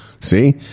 See